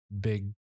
big